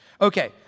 Okay